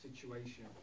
situation